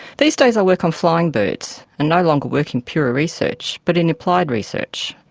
these days i work on flying birds, and no longer work in pure research, but in applied research.